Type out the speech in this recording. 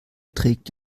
trägt